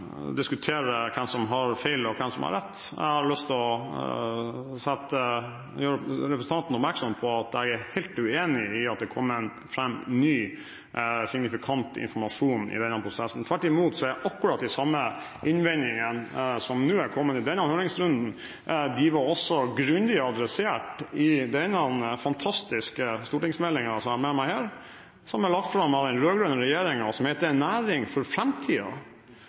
har lyst å gjøre representanten oppmerksom på at jeg er helt uenig i at det har kommet fram ny, signifikant informasjon i denne prosessen – tvert imot. Akkurat de samme innvendingene som har kommet i denne høringsrunden, ble også grundig adressert i denne fantastiske stortingsmeldingen, som jeg har med meg her, som ble lagt fram av den rød-grønne regjeringen, og som heter En næring for framtida